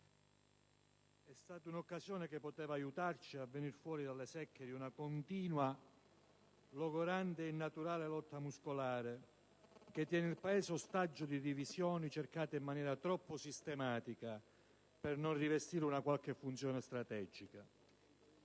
sciupata, un'occasione che poteva aiutarci a venir fuori dalle secche di una continua, logorante ed innaturale lotta muscolare, che tiene il Paese ostaggio di divisioni cercate in maniera troppo sistematica per non rivestire una qualche funzione strategica.